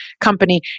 company